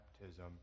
baptism